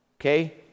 okay